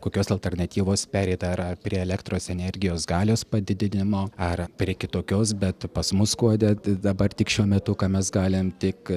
kokios alternatyvos pereit ar prie elektros energijos galios padidinimo ar prie kitokios bet pas mus skuode dabar tik šiuo metu ką mes galim tik